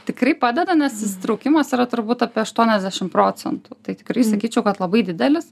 tikrai padeda nes įsitraukimas yra turbūt apie aštuoniasdešim procentų tai tikrai sakyčiau kad labai didelis